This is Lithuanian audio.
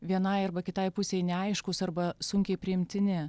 vienai arba kitai pusei neaiškūs arba sunkiai priimtini